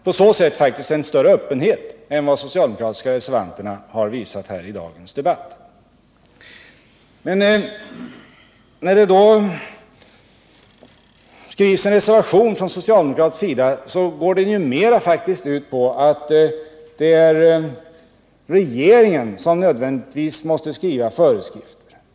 På så sätt visar jag en större öppenhet än de socialdemokratiska reservanterna har visat här i dagens debatt. Den socialdemokratiska reservationen går mer ut på att regeringen nödvändigtvis måste skriva föreskrifterna.